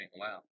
wow